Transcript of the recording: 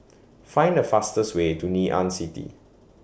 Find The fastest Way to Ngee Ann City